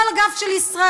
או על הגב של ישראל.